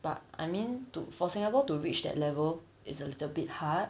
but I mean to for singapore to reach that level it's a little bit hard